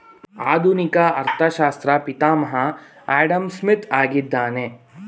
ಆಧುನಿಕ ಅರ್ಥಶಾಸ್ತ್ರ ಪಿತಾಮಹ ಆಡಂಸ್ಮಿತ್ ಆಗಿದ್ದಾನೆ